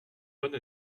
bonne